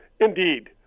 indeed